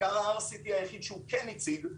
מחקר ה-RCT היחיד שהוא כן הציג,